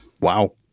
Wow